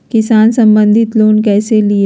किसान संबंधित लोन कैसै लिये?